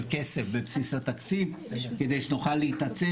של כסף בבסיס התקציב כדי שנוכל להתעצם